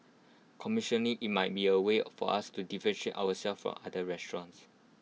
commercially IT might be A way for us to deficient ourselves from other restaurants